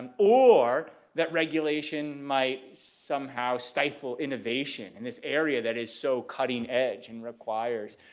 um or that regulation might somehow stifle innovation in this area that is so cutting-edge and requires,